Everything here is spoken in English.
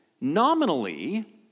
Nominally